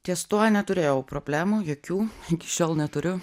ties tuo neturėjau problemų jokių iki šiol neturiu